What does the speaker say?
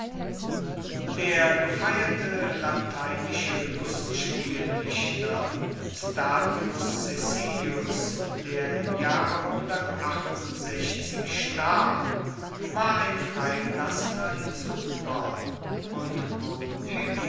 der gefeierte lateinische lustspieldichter statius caecilius der im jahre starb war ein freigelassener insubrer und